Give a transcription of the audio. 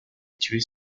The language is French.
tués